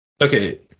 Okay